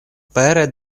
pere